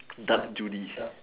dark judies